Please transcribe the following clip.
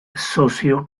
socio